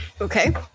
okay